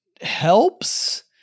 helps